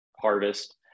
harvest